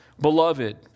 beloved